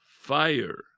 fire